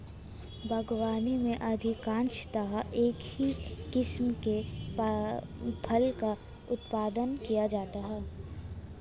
बागवानी में अधिकांशतः एक ही किस्म के फलों का उत्पादन किया जाता है